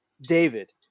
David